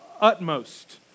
utmost